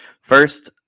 first